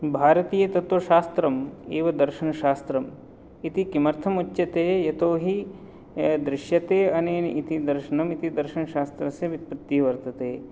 भारतीयतत्त्वशास्त्रम् एव दर्शनशास्त्रं इति किमर्थम् उच्यते यतोहि दृश्यते अनेन इति दर्शनम् इति दर्शनशास्त्रस्य व्युत्पत्तिः वर्तते